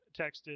texted